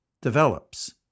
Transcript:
develops